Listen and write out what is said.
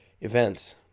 events